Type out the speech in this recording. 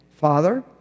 Father